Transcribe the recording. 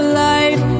life